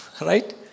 Right